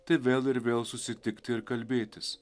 tai vėl ir vėl susitikti ir kalbėtis